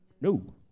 No